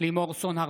לימור סון הר